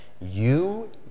You